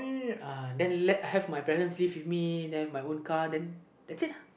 uh then let have my parents live with me then my own car then that's it uh